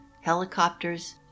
helicopters